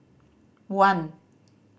one